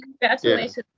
Congratulations